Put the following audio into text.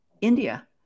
India